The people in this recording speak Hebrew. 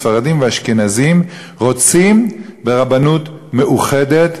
ספרדים ואשכנזים רוצים רבנות מאוחדת,